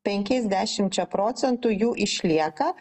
penkiais dešimčia procentų jų išlieka